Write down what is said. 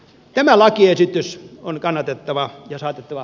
tämä lakiesitys on kannatettava ja saatettava